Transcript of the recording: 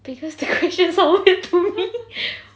because the questions sound weird to me